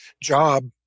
job